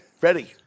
Ready